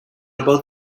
about